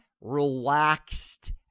relaxed